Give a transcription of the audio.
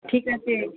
ঠিক আছে